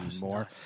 more